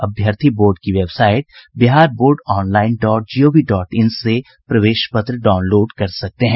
अभ्यर्थी बोर्ड की website Bihar board online dot G O V dot in से प्रवेश पत्र डाउनलोड कर सकते हैं